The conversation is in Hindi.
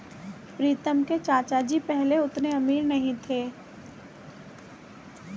प्रीतम के चाचा जी पहले उतने अमीर नहीं थे